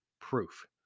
proof